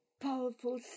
Powerful